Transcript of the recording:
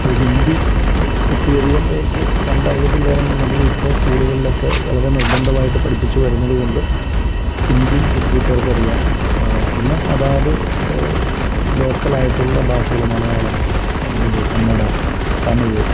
അത് ഹിന്ദി ഒരു ഒത്തിരിയധികം പേർക്ക് പണ്ട് അറിയത്തില്ലായിരുന്നു ഉണ്ടെങ്കിലും ഇപ്പോൾ സ്കൂളുകളിലൊക്കെ വളരെ നിർബന്ധമായിട്ട് പഠിപ്പിച്ചു വരുന്നതുകൊണ്ട് ഹിന്ദി ഒത്തിരി പേർക്ക് അറിയാം പിന്നെ അതാത് ലോക്കലായിട്ടുള്ള ഭാഷകൾ മലയാളം ഉറുദു കന്നഡ തമിഴ്